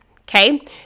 okay